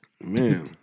Man